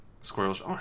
Squirrels